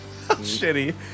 shitty